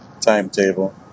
timetable